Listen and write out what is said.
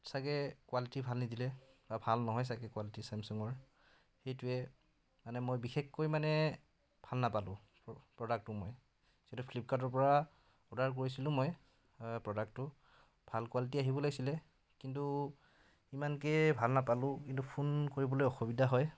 চাগে কোৱালিটি ভাল নিদিলে বা ভাল নহয় চাগে কোৱালিটি ছেমছুঙৰ সেইটোৱে এনে মই বিশেষকৈ মানে ভাল নাপালোঁ প্ৰ'ডাক্টটো মই যিটো ফ্লিপকাৰ্টৰ পৰা অৰ্ডাৰ কৰিছিলোঁ মই প্ৰ'ডাক্টটো ভাল কোৱালিটি আহিব লাগিছিলে কিন্তু ইমানকৈ ভাল নাপালোঁ কিন্তু ফোন কৰিবলৈ অসুবিধা হয়